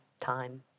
time